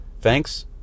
Thanks